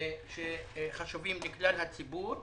שחשובים לכלל הציבור.